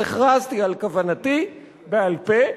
אז הכרזתי על כוונתי בעל-פה.